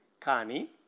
Kani